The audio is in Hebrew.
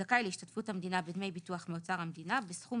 זכאי להשתתפות המדינה בדמי ביטוח מאוצר המדינה בסכום